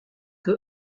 que